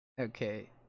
okay